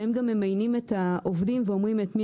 שהם גם ממיינים את העובדים ואומרים את מי